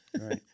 right